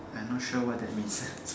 I am not sure what that means